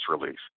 release